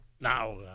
now